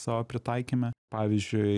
savo pritaikyme pavyzdžiui